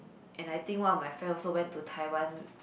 and I think one of my friend also went to Taiwan